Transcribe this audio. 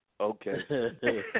Okay